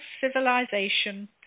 civilization